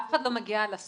אף אחד לא מגיע לסופר,